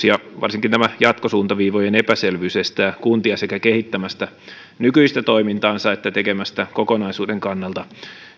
ja varsinkin tämä jatkosuuntaviivojen epäselvyys estää kuntia sekä kehittämästä nykyistä toimintaansa että tekemästä kokonaisuuden kannalta